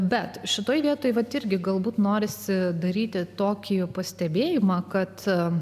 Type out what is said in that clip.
bet šitoje vietoj vat irgi galbūt norisi daryti tokį pastebėjimą kad